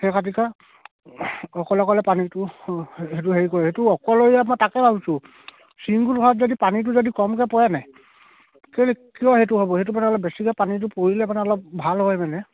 সেই খাতিৰত অকলে অকলে পানীটো সেইটো হেৰি কৰে সেইটো অকলশৰীয়া মই তাকে ভাবিছোঁ চিংগুল হোৱাত যদি পানীটো যদি কমকৈ পৰেনে কেলৈ কিয় সেইটো হ'ব সেইটো মানে অলপ বেছিকৈ পানীটো পৰিলে মানে অলপ ভাল হয় মানে